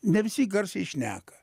ne visi garsiai šneka